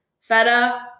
feta